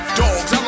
dogs